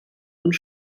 und